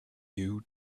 you